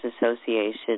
Association